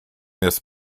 this